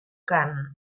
cant